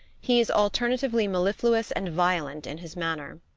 he is alternatively mellifluous and violent in his manner.